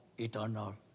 eternal